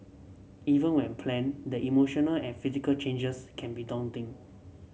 even when planned the emotional and physical changes can be daunting